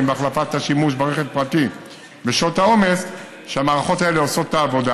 והחלפת השימוש ברכב פרטי בשעות העומס שהמערכות האלה עושות את העבודה.